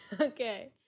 okay